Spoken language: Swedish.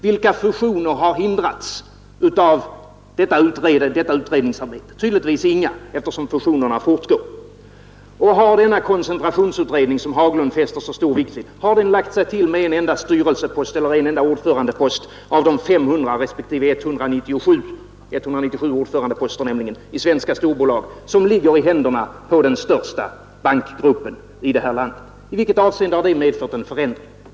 Vilka fusioner har hindrats av detta utredningsarbete? Tydligen inga, eftersom fusionerna fortgår. Och har denna koncentrationsutredning, som herr Haglund fäster så stor vikt vid, lagt sig till med en enda styrelsepost eller en enda ordförandepost av de 500 respektive 197 — 197 ordförandeposter, nämligen — i svenska storbolag som ligger i händerna på den största bankgruppen i det här landet? I vilket avseende har det medfört en förändring?